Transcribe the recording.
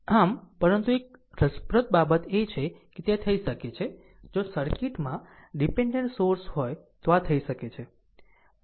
આમ પરંતુ એક રસપ્રદ બાબત એ છે કે ત્યાં તે થઈ શકે છે જો સર્કિટમાં ડીપેનડેન્ટ સોર્સ હોય તો આ થઈ શકે છે